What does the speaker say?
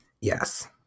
yes